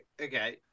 Okay